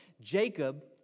Jacob